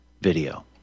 video